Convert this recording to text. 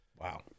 Wow